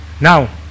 Now